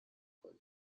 کنین